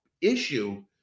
issue